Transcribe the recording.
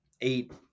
eight